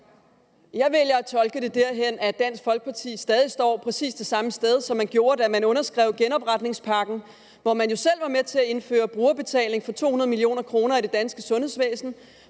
Jeg vælger at tolke det derhen, at Dansk Folkeparti stadig står præcis det samme sted, som man gjorde, da man underskrev genopretningspakken, hvor man jo selv var med til at indføre brugerbetaling for 200 mio. kr. i det danske sundhedsvæsen,